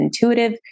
intuitive